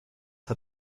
hat